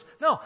No